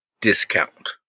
discount